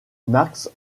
max